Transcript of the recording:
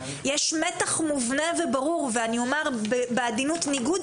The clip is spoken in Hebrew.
יש מתח מובנה וברור ואומר בעדינות: ניגוד